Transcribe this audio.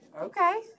Okay